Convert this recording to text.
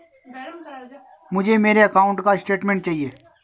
मुझे मेरे अकाउंट का स्टेटमेंट चाहिए?